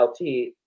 LT